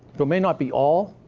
but may not be all.